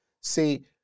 See